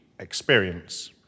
experience